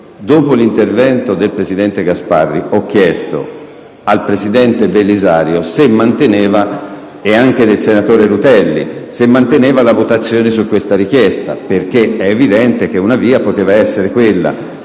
Dopo l'intervento del presidente Gasparri ho chiesto al presidente Belisario e anche al senatore Rutelli se intendevano procedere con la votazione di questa richiesta, perché è evidente che una via poteva essere quella,